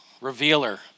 revealer